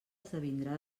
esdevindrà